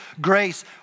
grace